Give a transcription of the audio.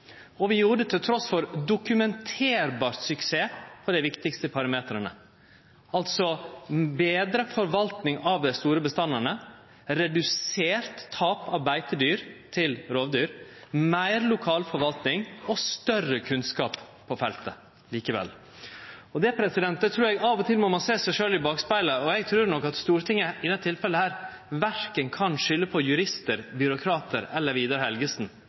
og vi gjorde det trass i dokumentarbar suksess på dei viktigaste parametrane, altså betre forvaltning av dei store bestandane, redusert tap av beitedyr til rovdyr, meir lokal forvaltning og større kunnskap på feltet – likevel. Av og til må ein sjå seg sjølv i bakspegelen, og eg trur nok at Stortinget i dette tilfellet verken kan skylde på juristar, byråkratar eller Vidar Helgesen